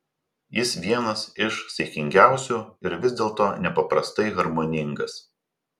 jis vienas iš saikingiausių ir vis dėlto nepaprastai harmoningas